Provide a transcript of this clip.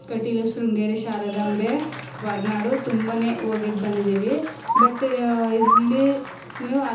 ಕಟೀಲು ಶೃಂಗೇರಿ ಶಾರದಾಂಬೆ ಹೊರ್ನಾಡು ತುಂಬನೇ ಹೋಗಿದ್ದು ಬಂದಿದ್ದೀವಿ ಬಟ್ ಇಲ್ಲಿಯೂ